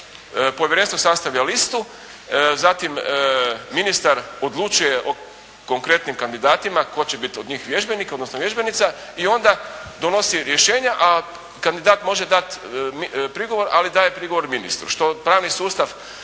povjerenstvo sastavlja listu. Zatim, ministar odlučuje o konkretnim kandidatima tko će biti od njih vježbenik, odnosno vježbenica i onda donosi rješenja. A kandidat može dati prigovor, ali daje prigovor ministru što pravni sustav